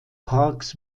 parks